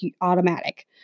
automatic